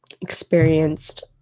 experienced